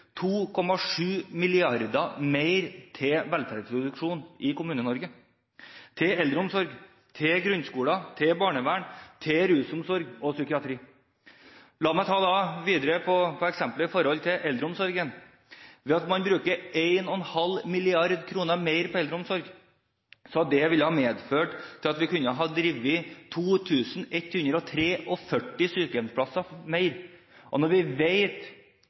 2,7 mrd. kr mer til velferdsproduksjon i Kommune-Norge – til eldreomsorg, til grunnskoler, til barnevern, til rusomsorg og til psykiatri. La meg gå videre til eldreomsorgen. Hvis vi brukte 1,5 mrd. kr mer på eldreomsorg, ville det medført 2 143 flere sykehjemsplasser. Når vi